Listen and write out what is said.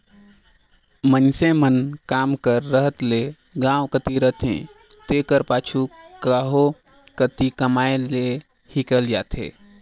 मइनसे मन काम कर रहत ले गाँव कती रहथें तेकर पाछू कहों कती कमाए लें हिंकेल जाथें